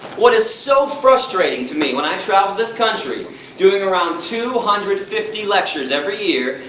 what is so frustrating to me, when i travel this country doing around two hundred fifty lectures every year,